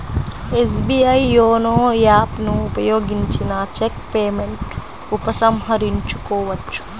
SBI YONO app ను ఉపయోగించిన cheque payment ఉపసంహరించుకోవచ్చు